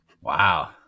Wow